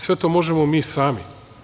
Sve to možemo mi sami.